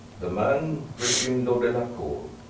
the man, resumed lord delacour,